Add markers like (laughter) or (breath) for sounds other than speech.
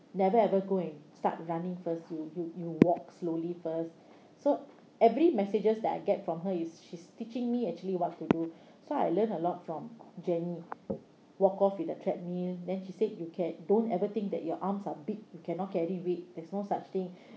never ever go and start running first you you you walk slowly first (breath) so every messages that I get from her is she's teaching me actually what to do (breath) so I learned a lot from jenny walk off with a treadmill then she said you can don't ever think that your arms are week you cannot carry weight there's no such thing (breath)